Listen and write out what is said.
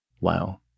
Wow